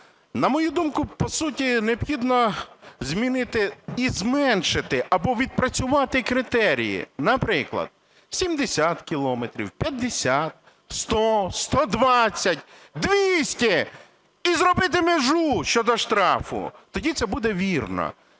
На мою думку, по суті, необхідно змінити і зменшити або відпрацювати критерії. Наприклад, 70 кілометрів, 50, 100, 120, 200, і зробити межу щодо штрафу, тоді це буде вірно.